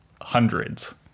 hundreds